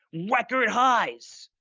record highs,